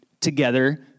together